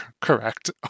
correct